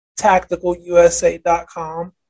tacticalusa.com